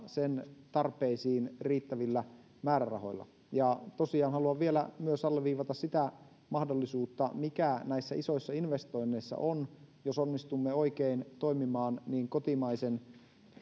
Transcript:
vastaa sen tarpeisiin riittävillä määrärahoilla tosiaan haluan vielä myös alleviivata sitä mahdollisuutta mikä näissä isoissa investoinneissa on jos onnistumme oikein toimimaan niin kotimaisen